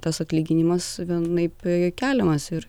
tas atlyginimas vienaip keliamas ir